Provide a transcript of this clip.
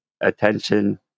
attention